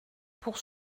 pour